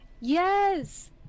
Yes